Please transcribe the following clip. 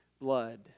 blood